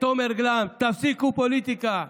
תפסיקו פוליטיקה",